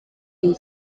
iyi